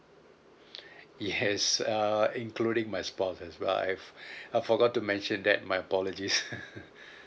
yes uh including my spouse as well I I forgot to mention that my apologies